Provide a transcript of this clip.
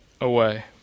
away